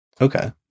Okay